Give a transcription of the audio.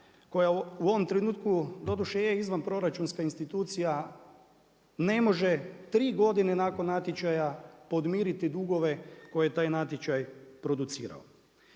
koja u ovom trenutku doduše je izvanproračunska institucija ne može tri godine nakon natječaja podmiriti dugove koje je taj natječaj producirao.